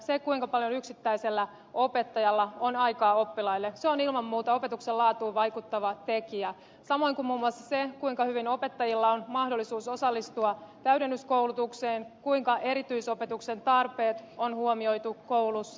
se kuinka paljon yksittäisellä opettajalla on aikaa oppilaille on ilman muuta opetuksen laatuun vaikuttava tekijä samoin kuin muun muassa se kuinka hyvin opettajilla on mahdollisuus osallistua täydennyskoulutukseen kuinka erityisopetuksen tarpeet on huomioitu koulussa